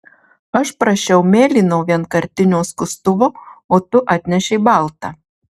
aš prašiau mėlyno vienkartinio skustuvo o tu atnešei baltą